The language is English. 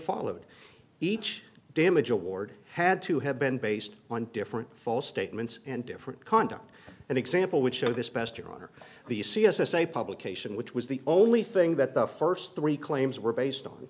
followed each damage award had to have been based on different false statements and different conduct an example would show this past year or the c s s a publication which was the only thing that the first three claims were based on